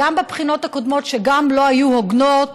בבחינות הקודמות, שגם לא היו הוגנות,